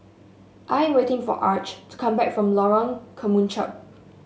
I am waiting for Arch to come back from Lorong Kemunchup